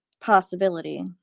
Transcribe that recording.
possibility